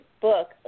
book